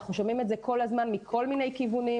אנחנו שומעים את זה כל הזמן מכל מיני כיוונים,